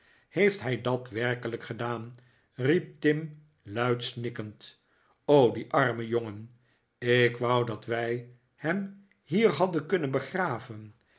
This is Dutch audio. heeft hij dat werkelijk gedaan riep tim luid snikkend och die arme jongen ik wou dat wij hem hier hadden kunnen begraven